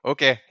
Okay